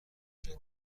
فکر